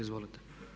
Izvolite.